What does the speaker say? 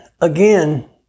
again